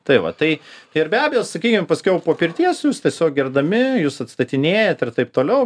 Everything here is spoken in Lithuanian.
tai va tai ir be abejo sakykim paskiau po pirties jūs tiesiog girdami jūs atstatinėjat ir taip toliau